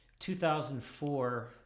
2004